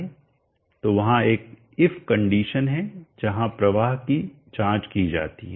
तो वहाँ एक इफ कंडीशन condition शर्त है जहां प्रवाह की जाँच की जाती है